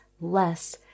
less